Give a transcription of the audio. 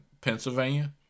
Pennsylvania